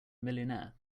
millionaire